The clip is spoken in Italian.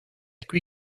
qui